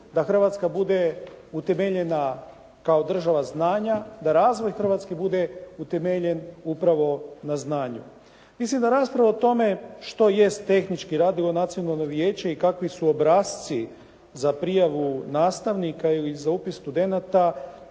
da Hrvatska bude utemeljena kao država znanja. Da razvoj Hrvatske bude utemeljen upravo na znanju. Mislim da rasprava o tome što jest tehnički radilo nacionalno vijeće i kakvi su obrasci za prijavu nastavnika ili za upis studenata